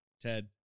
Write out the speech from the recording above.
Ted